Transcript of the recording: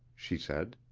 she said.